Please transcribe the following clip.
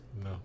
No